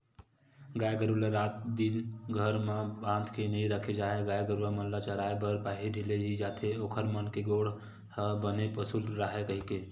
गाय गरु ल रात दिन घर म बांध के नइ रखे जाय गाय गरुवा मन ल चराए बर बाहिर ढिले ही जाथे ओखर मन के गोड़ ह बने पसुल राहय कहिके